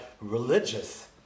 religious